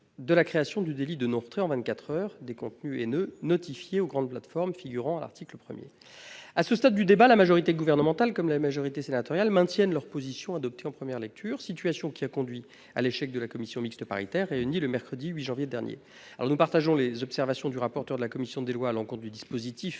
de la création du délit de non-retrait, en vingt-quatre heures, des contenus haineux notifiés aux grandes plateformes, figurant à l'article 1. À ce stade du débat, la majorité gouvernementale comme la majorité sénatoriale maintiennent la position qu'elles ont adoptée en première lecture, situation qui a conduit à l'échec de la commission mixte paritaire réunie le mercredi 8 janvier dernier. Nous partageons les observations du rapporteur de la commission des lois à l'égard du dispositif